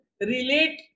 relate